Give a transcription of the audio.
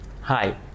Hi